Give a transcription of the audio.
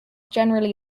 generally